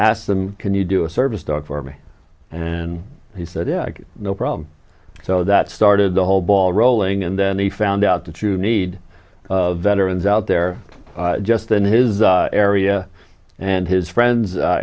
asked them can you do a service dog for me and he said yeah no problem so that started the whole ball rolling and then he found out that you need veterans out there just in his area and his friends a